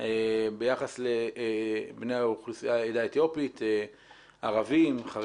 ביחס לבני העדה האתיופית, ערבים, חרדים,